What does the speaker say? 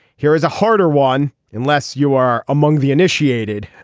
here is a harder one. unless you are among the initiated